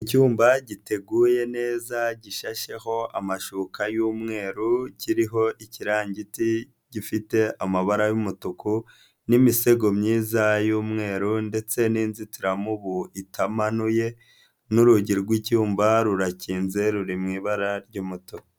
Icyumba giteguye neza, gishyashyeho amashuka y'umweru, kiriho ikirangiti gifite amabara y'umutuku n'imisego myiza y'umweru ndetse n'inzitiramubu itamanuye n'urugi rw'icyumba rurakinze ruri mu ibara ry'umutuku.